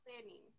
planning